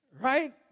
Right